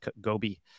Gobi